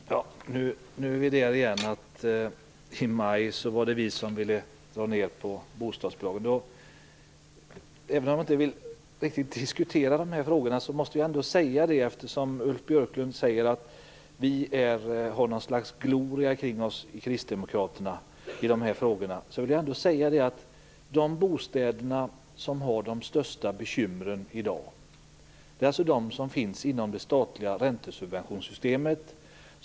Fru talman! Nu är vi där igen - att vi socialdemokrater ville dra ned på bostadsbidragen i maj. Även om jag inte gärna vill diskutera de här frågorna måste jag ändå säga en sak eftersom Ulf Björklund säger att Kristdemokraterna har något slags gloria kring sig i de här frågorna. De bostäder som har de största bekymren i dag är de som finns inom det statliga räntesubventionssystemet.